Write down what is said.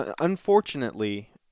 unfortunately